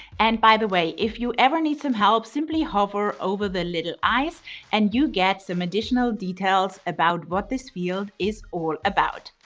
and by the way, if you ever need some help, simply hover over the little i s and you get some additional details about what this field is all about.